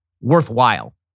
worthwhile